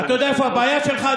אתה יודע איפה הבעיה שלך,